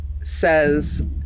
says